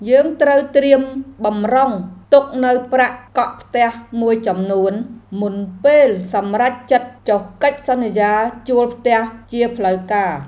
យើងត្រូវត្រៀមបម្រុងទុកនូវប្រាក់កក់ផ្ទះមួយចំនួន មុនពេលសម្រេចចិត្តចុះកិច្ចសន្យាជួលផ្ទះជាផ្លូវការ។